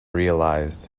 realised